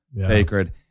sacred